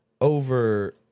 over